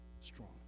strong